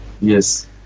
Yes